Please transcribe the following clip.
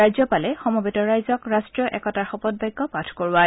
ৰাজ্যপালে সমবেত ৰাইজক ৰাষ্ট্ৰীয় একতাৰ শপতবাক্য পাঠ কৰোৱায়